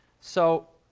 so